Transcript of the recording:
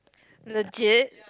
legit